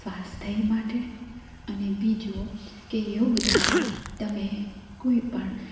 સ્વાસ્થ્ય માટે અને બીજું કે યોગ દ્વારા તમે કોઈપણ